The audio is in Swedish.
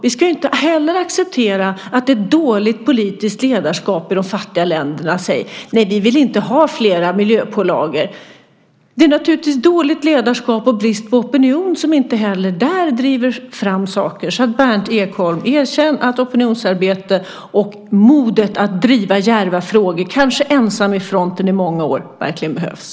Vi ska inte heller acceptera att det är dåligt politiskt ledarskap i de fattiga länderna, när de säger: Nej, vi vill inte ha flera miljöpålagor. Det är naturligtvis dåligt ledarskap och brist på opinion som inte heller driver fram saker där. Berndt Ekholm! Erkänn att opinionsarbete och modet att driva djärva frågor, kanske ensam i fronten i många år, verkligen behövs!